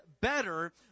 better